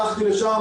הלכתי לשם,